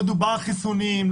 לא דובר על חיסונים,